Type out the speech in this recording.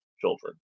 children